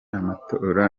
amatora